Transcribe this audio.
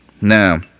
now